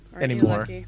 anymore